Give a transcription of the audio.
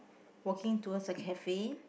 walking towards a cafe